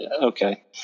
Okay